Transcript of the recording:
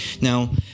Now